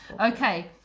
Okay